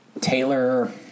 Taylor